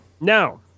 now